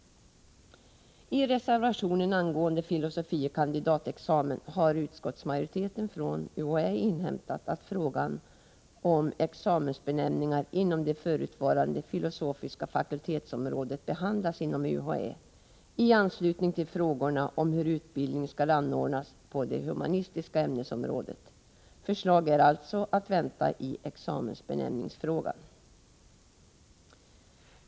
Vad beträffar filosofie kandidatexamen har utskottsmajoriteten inhämtat att frågan om examensbenämningar inom det förutvarande filosofiska fakultetsområdet behandlas inom UHÄ i anslutning till frågorna om hur utbildning skall anordnas på det humanistiska ämnesområdet. Förslag är alltså att vänta i examensbenämningsfrågan.